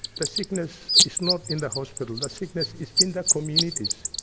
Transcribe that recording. the sickness is not in the hospital, the sickness is in the communities,